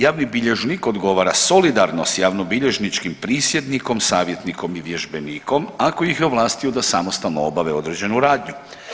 Javni bilježnik odgovara solidarno s javnobilježničkim prisjednikom, savjetnikom i vježbenikom ako ih je ovlastio da samostalno obave određenu radnju.